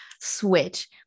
switch